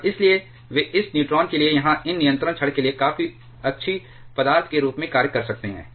और इसलिए वे इस न्यूट्रॉन के लिए या इन नियंत्रण छड़ के लिए काफी अच्छी पदार्थ के रूप में कार्य कर सकते हैं